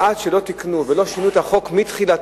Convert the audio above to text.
עד שלא תיקנו ולא שינו את החוק מתחילתו,